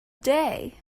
day